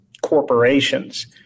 corporations